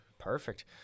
Perfect